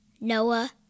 Noah